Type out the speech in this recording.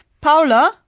Paula